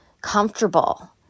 comfortable